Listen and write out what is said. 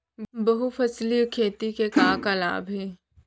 बहुफसली खेती के का का लाभ हे?